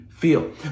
feel